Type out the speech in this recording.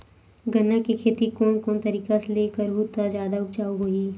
गन्ना के खेती कोन कोन तरीका ले करहु त जादा उपजाऊ होही?